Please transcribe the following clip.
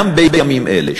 גם בימים אלה,